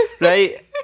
Right